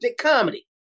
comedy